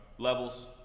levels